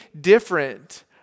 different